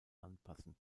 anpassen